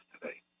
today